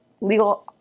legal